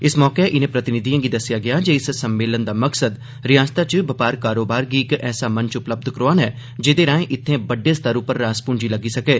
इस मौके इनें प्रतिनिधिएं गी दस्सेआ गेआ जे इस सम्मेलन दा मकसद रिआसता च बपार कारोबार गी इक ऐसा मंच उपलब्य करोआना ऐ जेह्दे राए इत्थें बड्डे स्तर उप्पर रास पूंजी लग्गी सकै